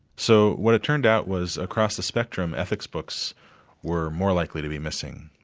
so what it turned out was across the spectrum, ethics books were more likely to be missing.